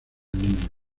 niño